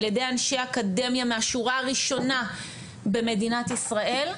על ידי אנשי אקדמיה מהשורה הראשונה במדינת ישראל,